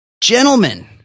Gentlemen